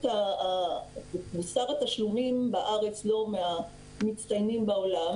מוסר התשלומים בארץ לא מהמצטיינים בעולם